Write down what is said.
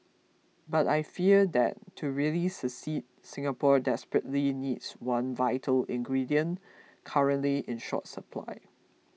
but I fear that to really succeed Singapore desperately needs one vital ingredient currently in short supply